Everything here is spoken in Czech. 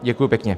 Děkuju pěkně.